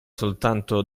soltanto